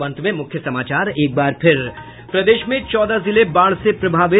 और अब अंत में मुख्य समाचार एक बार फिर प्रदेश में चौदह जिले बाढ़ से प्रभावित